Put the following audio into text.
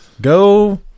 Go